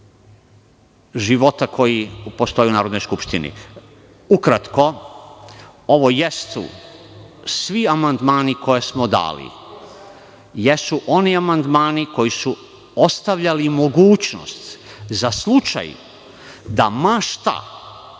života koji postoji u Narodnoj Skupštini. Ukratko, ovo jesu svi amandmani koje smo dali, jesu oni amandmani koji su ostavljali mogućnost za slučaj da ma šta